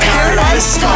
Paradise